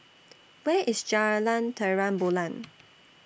Where IS Jalan Terang Bulan